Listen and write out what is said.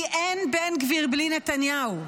כי אין בן גביר בלי נתניהו.